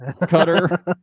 cutter